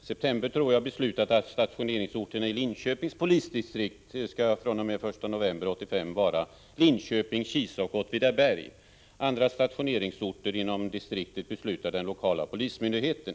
september att stationeringsorterna i Linköpings polisdistrikt fr.o.m. den 1 november 1985 skall vara Linköping, Kisa och Åtvidaberg. Om andra stationeringsorter i distriktet beslutar den lokala polismyndigheten.